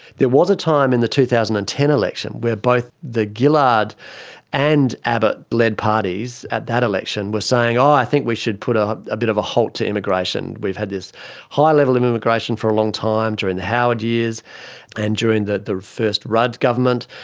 there was a time in the two thousand and ten election where both the gillard and abbott led parties at that election were saying, oh, i think we should put ah a bit of a halt to immigration. we've had this high level of immigration for a long time during the howard years and during the the first rudd government,